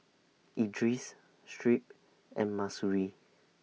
Idris Shuib and Mahsuri